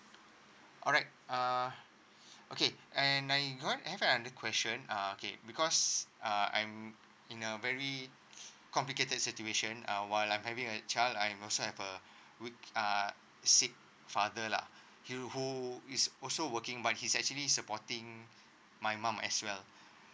alright uh okay and I got have another question uh okay because uh I'm in a very complicated situation uh while I'm having a child I'm also have a good uh sick father lah who who is also working but he's actually supporting my mum as well